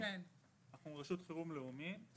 כן, אנחנו רשות חירום לאומית.